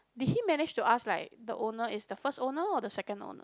did he manage to ask like the owner is the first owner or the second owner